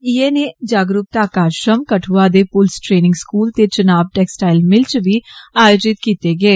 इये नेय जागरूकता कारजक्रम कदुआ दे पुलस ट्रेन्गि स्कूल ते चनाब टैक्स्टाईल मिल च बी आयोजित कीत्ते गे